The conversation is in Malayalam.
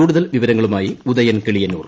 കൂടുതൽ വിവരങ്ങളുമായി ഉദ്യൻകിളിയന്നൂർ